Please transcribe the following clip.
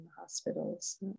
hospitals